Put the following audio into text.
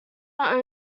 are